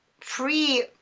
free